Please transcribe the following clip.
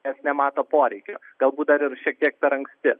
nes nemato poreikio galbūt dar ir šiek tiek per anksti